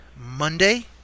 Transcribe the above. Monday